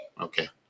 Okay